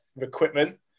equipment